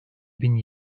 bin